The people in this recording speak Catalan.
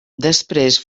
després